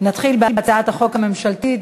נתחיל בהצעת החוק הממשלתית,